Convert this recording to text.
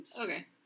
Okay